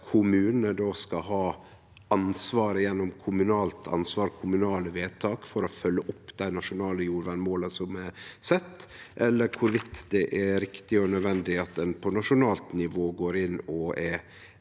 kommunane skal ha ansvaret gjennom kommunalt ansvar og kommunale vedtak for å følgje opp dei nasjonale jordvernmåla som er sette, eller om det er riktig og nødvendig at ein på nasjonalt nivå går inn og er